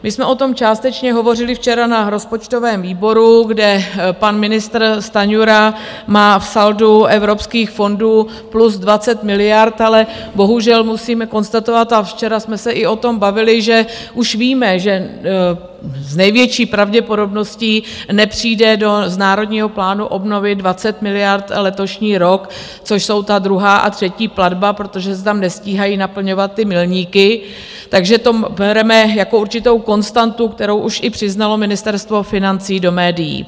My jsme o tom částečně hovořili včera na rozpočtovém výboru, kde pan ministr Stanjura má v saldu evropských fondů plus 20 miliard, ale bohužel musíme konstatovat a včera jsme se o tom i bavili že už víme, že s největší pravděpodobností nepřijde z Národního plánu obnovy 20 miliard letošní rok, což jsou ta druhá a třetí platba, protože se tam nestíhají naplňovat ty milníky, takže to bereme jako určitou konstantu, kterou už i přiznalo Ministerstvo financí do médií.